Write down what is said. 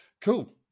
Cool